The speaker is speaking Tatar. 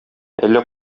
әллә